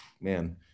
man